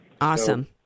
Awesome